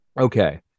Okay